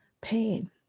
pain